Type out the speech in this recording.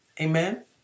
amen